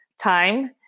time